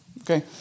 okay